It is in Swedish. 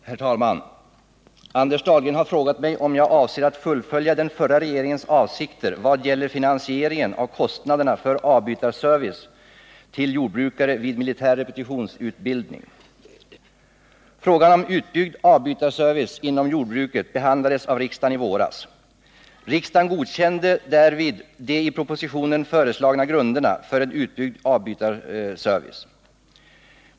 Herr talman! Anders Dahlgren har frågat mig om jag avser att fullfölja den förra regeringens avsikter vad gäller finansieringen av kostnaderna för avbytarservice till jordbrukare vid militär repetitionsutbildning. Frågan om utbyggd avbytarservice inom jordbruket behandlades av riksdagen i våras. Riksdagen godkände härvid de i propositionen föreslagna grunderna för en utbyggd avbytarservice.